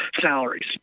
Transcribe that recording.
salaries